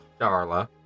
Darla